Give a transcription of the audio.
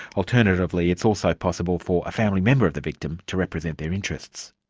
alternatively it's also possible for a family member of the victim to represent their interests.